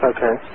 Okay